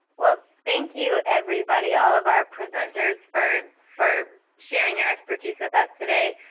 well, thank you everybody, all of our presenters, for for sharing your expertise with us today.